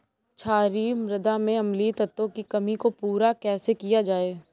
क्षारीए मृदा में अम्लीय तत्वों की कमी को पूरा कैसे किया जाए?